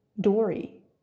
Dory